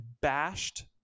bashed